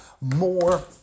more